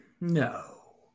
No